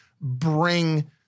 bring –